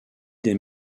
des